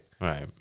Right